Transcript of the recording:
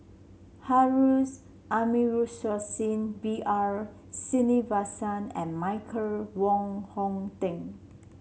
Harun Aminurrashid B R Sreenivasan and Michael Wong Hong Teng